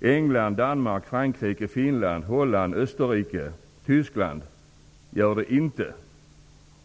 England, Danmark, Tyskland gör det inte.